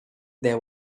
there